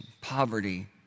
poverty